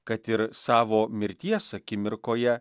kad ir savo mirties akimirkoje